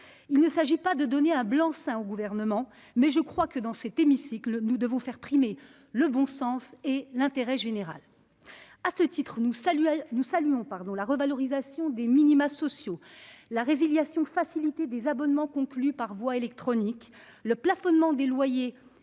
Il ne s'agit pas de donner un blanc-seing au Gouvernement. Mais je crois que, dans cet hémicycle, nous devons faire primer le bon sens et l'intérêt général. À ce titre, nous saluons la revalorisation des minima sociaux, la résiliation facilitée des abonnements conclus par voie électronique, le plafonnement des loyers